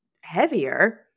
heavier